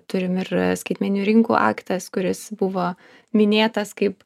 turim ir skaitmeninių rinkų aktas kuris buvo minėtas kaip